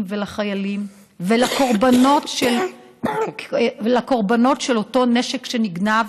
ולחיילים ולקורבנות של אותו נשק שנגנב,